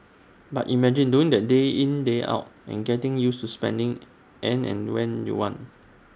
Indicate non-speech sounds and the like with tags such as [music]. but imagine doing that day in day out and getting used to spending [noise] an and when you want